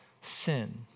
sin